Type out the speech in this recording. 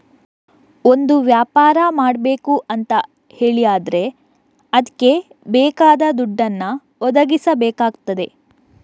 ಒಂದು ವ್ಯಾಪಾರ ಮಾಡ್ಬೇಕು ಅಂತ ಹೇಳಿ ಆದ್ರೆ ಅದ್ಕೆ ಬೇಕಾದ ದುಡ್ಡನ್ನ ಒದಗಿಸಬೇಕಾಗ್ತದೆ